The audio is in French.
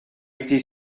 été